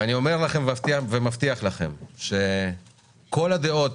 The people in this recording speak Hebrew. ואני אומר לכם ומבטיח לכם שאנחנו נשמע את כל הדעות,